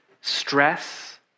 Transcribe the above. stress